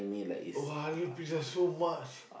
!wah! I love pizza so much